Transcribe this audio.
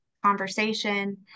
conversation